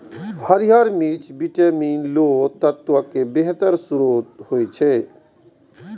हरियर मिर्च विटामिन, लौह तत्वक बेहतर स्रोत होइ छै